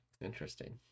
Interesting